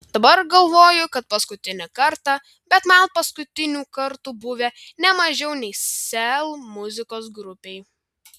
dabar galvoju kad paskutinį kartą bet man paskutinių kartų buvę ne mažiau nei sel muzikos grupei